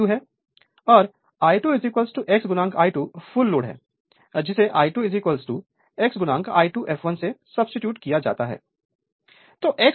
अब V2 है और I2 x I2 full load है जिसे I2 x I2 fl से सब्सीट्यूट किया गया है